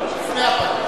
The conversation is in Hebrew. לפני הפגרה.